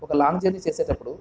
ఒక long journey చేసేటప్పుడు